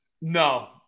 No